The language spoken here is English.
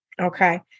Okay